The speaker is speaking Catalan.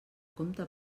compte